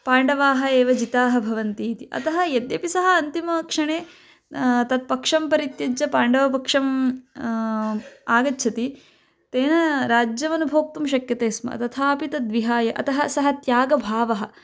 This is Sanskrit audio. पाण्डवाः एव जिताः भवन्ति इति अतः यद्यपि सः अन्तिमक्षणे तत् पक्षं परित्यज्य पाण्डवपक्षम् आगच्छति तेन राज्यवनुभोक्तुं शक्यते स्म तथापि तद्विहाय अतः सः त्यागभावः